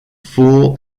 full